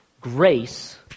Grace